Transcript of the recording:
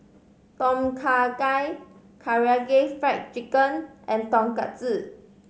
Tom Kha Gai Karaage Fried Chicken and Tonkatsu